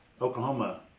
Oklahoma